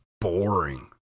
boring